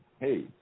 Hey